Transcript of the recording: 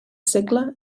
segle